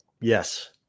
Yes